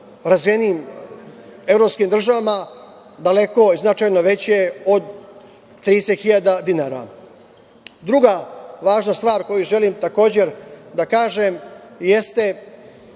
razvijenim evropskim državama daleko i značajno veće od 30.000 dinara. Druga važna stvar koju želim takođe da kažem jeste